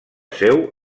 seu